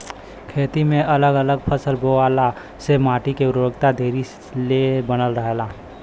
खेती में अगल अलग फसल बोअला से माटी के उर्वरकता देरी ले बनल रहेला